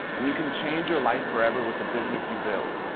and you can change your life forever with the business you build.